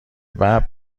ببر